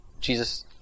Jesus